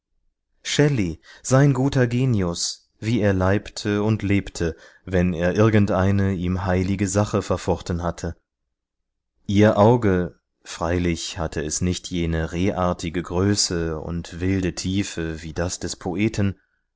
shelley sein guter genius wie er leibte und lebte wenn er irgendeine ihm heilige sache verfochten hatte ihr auge freilich hatte es nicht jene rehartige größe und wilde tiefe wie das des poeten